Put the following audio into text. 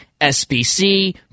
SBC